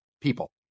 people